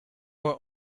were